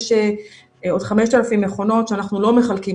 יש עוד 5,000 מכונות שאנחנו לא מחלקים